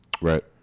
Right